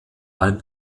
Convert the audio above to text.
allem